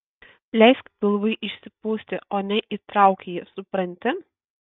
leisk pilvui išsipūsti o ne įtrauk jį supranti